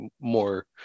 more